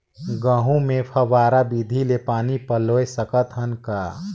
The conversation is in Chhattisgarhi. गहूं मे फव्वारा विधि ले पानी पलोय सकत हन का?